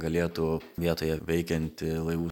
galėtų vietoje veikianti laivų